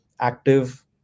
active